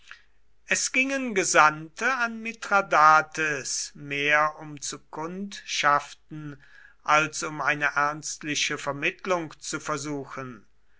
es gingen gesandte an mithradates mehr um zu kundschaften als um eine ernstliche vermittlung zu versuchen